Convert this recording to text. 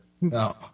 No